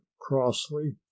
crossly